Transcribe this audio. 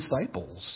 disciples